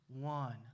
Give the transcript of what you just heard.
one